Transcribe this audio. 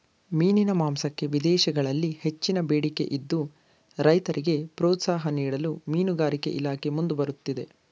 ಮೀನಿನ ಮಾಂಸಕ್ಕೆ ವಿದೇಶಗಳಲ್ಲಿ ಹೆಚ್ಚಿನ ಬೇಡಿಕೆ ಇದ್ದು, ರೈತರಿಗೆ ಪ್ರೋತ್ಸಾಹ ನೀಡಲು ಮೀನುಗಾರಿಕೆ ಇಲಾಖೆ ಮುಂದೆ ಬರುತ್ತಿದೆ